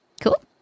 Cool